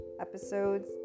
Episodes